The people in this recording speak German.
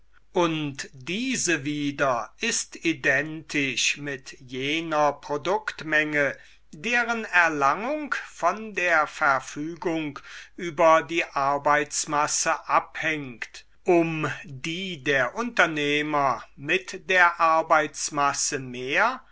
und diese wieder ist identisch mit jener produktmenge deren erlangung von der verfügung über die arbeitsmasse abhängt um die der unternehmer mit der arbeitsmasse mehr